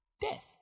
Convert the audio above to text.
death